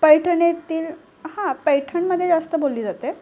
पैठण येतील हां पैठणमध्ये जास्त बोलली जाते